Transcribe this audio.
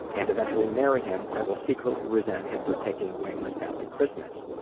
and eventually marry him, i will secretly resent him for taking away my family christmas.